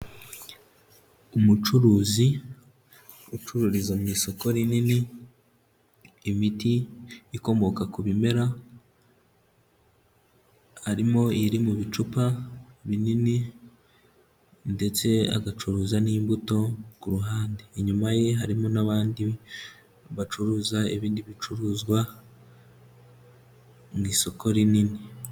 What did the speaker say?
Umucuruzi ucururiza mu isoko rinini, imiti ikomoka ku bimera, arimo iri mu bicupa binini, ndetse agacuruza n'imbuto ku ruhande. Inyuma ye harimo n'abandi bacuruza ibindi bicuruzwa, mu isoko rinini.